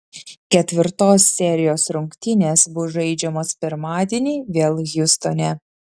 ketvirtos serijos rungtynės bus žaidžiamos pirmadienį vėl hjustone